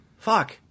Fuck